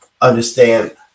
Understand